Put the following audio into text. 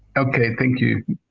ok. thank you.